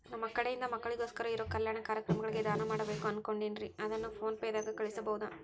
ನಮ್ಮ ಕಡೆಯಿಂದ ಮಕ್ಕಳಿಗೋಸ್ಕರ ಇರೋ ಕಲ್ಯಾಣ ಕಾರ್ಯಕ್ರಮಗಳಿಗೆ ದಾನ ಮಾಡಬೇಕು ಅನುಕೊಂಡಿನ್ರೇ ಅದನ್ನು ಪೋನ್ ಪೇ ದಾಗ ಕಳುಹಿಸಬಹುದಾ?